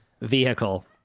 vehicle